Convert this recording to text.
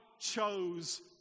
chose